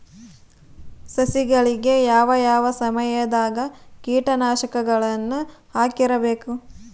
ಸಸಿಗಳಿಗೆ ಯಾವ ಯಾವ ಸಮಯದಾಗ ಕೇಟನಾಶಕಗಳನ್ನು ಹಾಕ್ತಿರಬೇಕು?